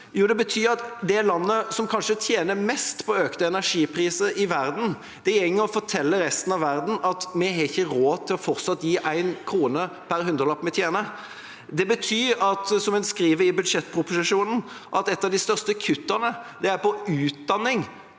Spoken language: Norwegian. Jo, det betyr at det landet som kanskje tjener mest på økte energipriser i verden, forteller resten av verden at vi ikke har råd til fortsatt å gi én krone per hundrelapp vi tjener. Det betyr, som en skriver i budsjettproposisjonen, at et av de største kuttene er i utdanning